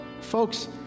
Folks